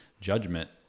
judgment